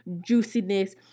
juiciness